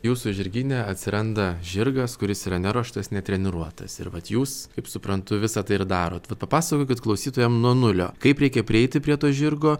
jūsų žirgyne atsiranda žirgas kuris yra neruoštas netreniruotas ir vat jūs kaip suprantu visa tai ir darot vat papasakokit klausytojam nuo nulio kaip reikia prieiti prie to žirgo